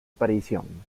aparición